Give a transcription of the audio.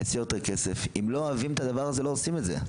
יציעו לו יותר כסף אם לא אוהבים את הדבר הזה לא עושים את זה.